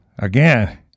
Again